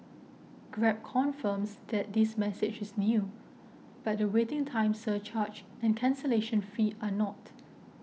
Grab confirms that this message is new but the waiting time surcharge and cancellation fee are not